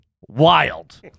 wild